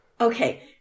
Okay